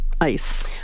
ice